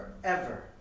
forever